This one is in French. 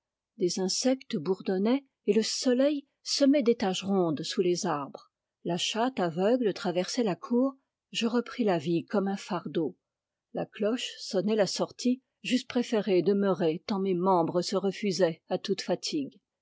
des insectes bourdonnaient et le soleil semait des taches rondes sous les arbres la chatte aveugle traversait la cour je repris la vie comme un fardeau la cloche sonnait la sortie j'eusse préféré demeurer tant mes membres se refusaient à toute fatigue